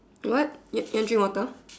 what you you want drink water